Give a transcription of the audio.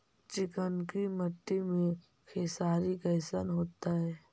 चिकनकी मट्टी मे खेसारी कैसन होतै?